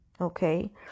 okay